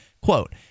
Quote